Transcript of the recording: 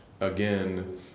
again